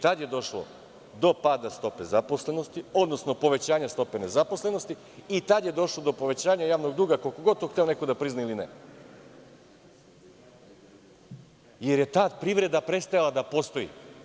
Tada je došlo do pada stope zaposlenosti, odnosno povećanja stope nezaposlenosti i tada je došlo do povećanja javnog duga, koliko god to hteo neko da prizna ili ne, jer je ta privreda prestala da postoji.